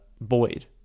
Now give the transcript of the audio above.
Boyd